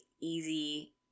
easy